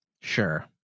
Sure